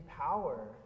power